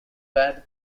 bad